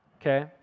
okay